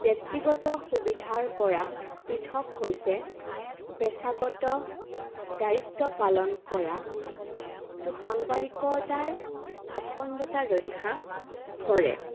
ব্যক্তিগত সুবিধাৰপৰা পৃথক হৈছে পেচাগত দায়িত্ব পালন কৰাটো সাংবাদিকতাৰ অখণ্ডতা ৰক্ষা কৰে